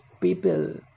people